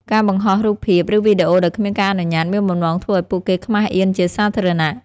ការបង្ហោះរូបភាព ឬវីដេអូដោយគ្មានការអនុញ្ញាត មានបំណងធ្វើឲ្យពួកគេខ្មាសអៀនជាសាធារណៈ។